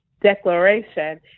declaration